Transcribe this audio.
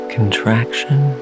Contraction